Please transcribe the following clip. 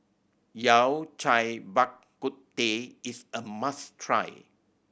Yao Cai Bak Kut Teh is a must try